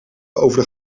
over